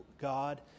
God